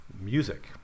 music